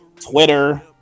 twitter